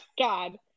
God